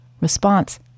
Response